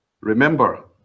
Remember